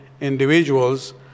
individuals